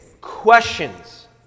questions